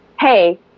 hey